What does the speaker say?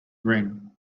green